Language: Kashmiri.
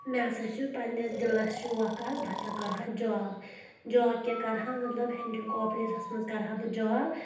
مےٚ ہسا چھُ پنٛنِس دِلَس شوق اکھ بہٕ ہسا کرہہَ جاب جاب کیٛاہ کَرہہَ مطلب ہینٛڈل کاپریزَس منٛز کَرہہَ بہٕ جاب